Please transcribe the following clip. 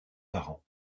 parents